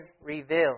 revealed